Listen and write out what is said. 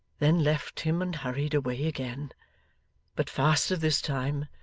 then left him and hurried away again but faster this time,